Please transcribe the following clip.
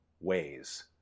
ways